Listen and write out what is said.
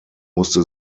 musste